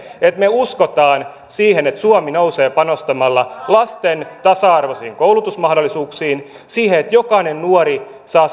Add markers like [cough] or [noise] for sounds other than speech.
me uskomme siihen että suomi nousee panostamalla lasten tasa arvoisiin koulutusmahdollisuuksiin siihen että jokainen nuori saa [unintelligible]